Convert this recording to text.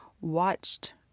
watched